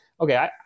okay